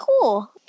cool